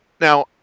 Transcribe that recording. now